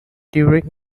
during